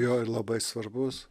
jo ir labai svarbus